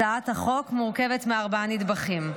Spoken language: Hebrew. הצעת החוק מורכבת מארבעה נדבכים: